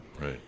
Right